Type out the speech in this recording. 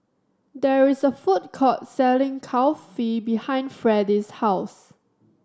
there is a food court selling Kulfi behind Fredie's house